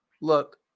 Look